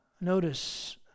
Notice